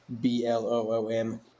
B-L-O-O-M